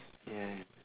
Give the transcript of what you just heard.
yes